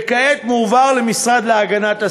וכעת מועבר למשרד להגנת הסביבה.